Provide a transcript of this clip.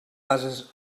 bases